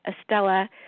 Estella